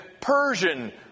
Persian